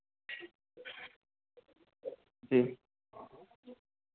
जी